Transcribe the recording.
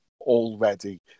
already